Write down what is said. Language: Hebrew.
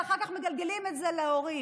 ואחר כך הם מגלגלים את זה על ההורים.